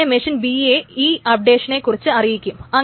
അങ്ങനെ machine B യെ ഈ അപ്ഡേഷനെ കുറിച്ച് അറിയിക്കും